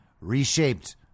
reshaped